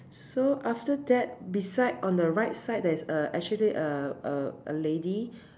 so after that beside on the right side there is a actually a a lady